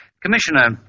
Commissioner